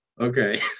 okay